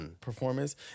Performance